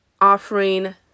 offering